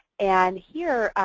and here,